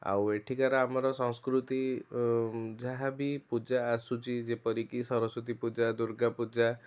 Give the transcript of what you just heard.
ଆଉ ଏଠିକାର ଆମର ସଂସ୍କୃତି ଯାହା ବି ପୂଜା ଆସୁଛି ଯେପରିକି ସରସ୍ଵତୀ ପୂଜା ଦୁର୍ଗା ପୂଜା